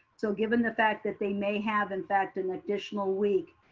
so given the fact that they may have in fact an additional week,